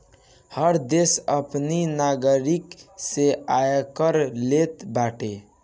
हर देस अपनी नागरिक से आयकर लेत बाटे